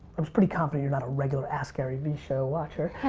i was pretty confident you're not a regular askgaryvee show watcher,